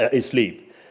sleep